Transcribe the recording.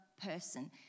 person